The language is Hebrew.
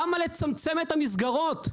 למה לצמצם את המסגרות?